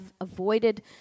avoided